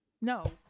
No